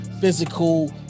physical